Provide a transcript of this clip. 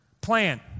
Plan